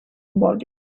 body